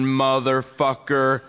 motherfucker